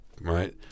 right